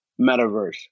Metaverse